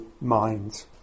mind